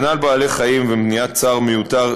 הגנה על בעלי-החיים ומניעת צער מיותר